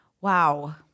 Wow